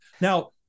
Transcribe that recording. Now